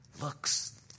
looks